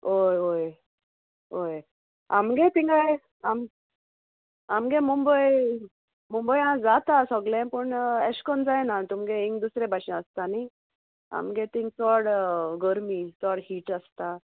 ओय वोय वोय आमगे थिंगाय आमगे मुंबय मुंबय आहा जाता सोगलें पूण एश कोन जायना तुमगे ही दुसरे भाशेन आसता न्ही आमगे तींग चोड गर्मी चोड हीट आसता